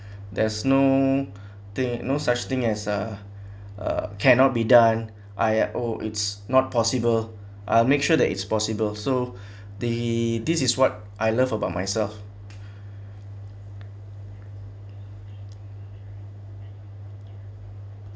there's no thing no such thing as a uh cannot be done I oh it's not possible I'll make sure that it's possible so the this is what I love about myself